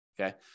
Okay